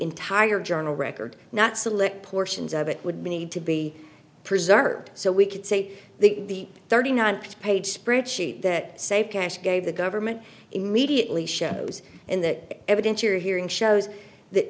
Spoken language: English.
entire journal record not select portions of it would need to be preserved so we could say the thirty ninth page spread sheet that save cash gave the government immediately shows in that evidentiary hearing shows that